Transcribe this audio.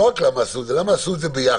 לא רק למה עשו את זה, למה עשו את זה ביחד.